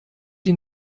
ihn